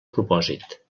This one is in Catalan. propòsit